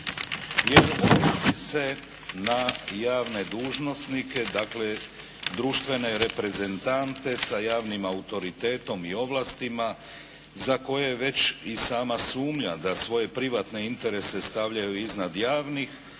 odnosi se na javne dužnosnike dakle društvene reprezentante sa javnim autoritetom i ovlastima za koje je već i sama sumnja da svoje privatne interese stavljaju iznad javnih,